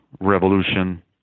revolution